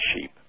sheep